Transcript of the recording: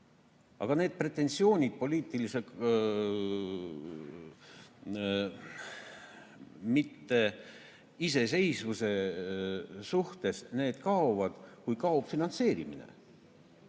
Aga need pretensioonid poliitilise mitteiseseisvuse suhtes kaovad, kui kaob finantseerimine.